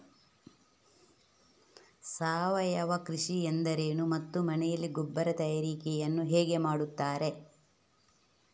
ಸಾವಯವ ಕೃಷಿ ಎಂದರೇನು ಮತ್ತು ಮನೆಯಲ್ಲಿ ಗೊಬ್ಬರ ತಯಾರಿಕೆ ಯನ್ನು ಹೇಗೆ ಮಾಡುತ್ತಾರೆ?